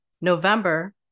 November